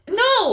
no